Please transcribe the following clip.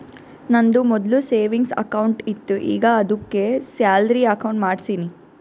ನಂದು ಮೊದ್ಲು savings account ಇತ್ತು ಈಗ ಆದ್ದುಕೆ ಸ್ಯಾಲರಿ ಅಕೌಂಟ್ ಮಾಡ್ಸಿನಿ